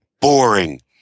boring